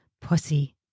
Pussy